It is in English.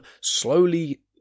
slowly